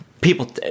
People